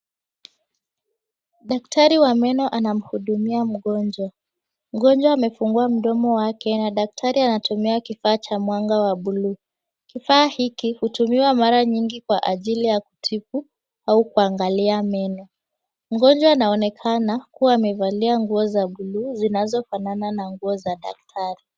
Dakitari wa meno anahudumia mgonjwa mgonjwa amefungua mdomo wake na dakitari anatumia kifaa chake cha mwanga wa bluu kifaa hichi hutumiwa mara nyingi kuangalia meno. Mgojwa anaonekana akiwa amevalia nguo za bluu zinazo fanana na nguo za dakitari.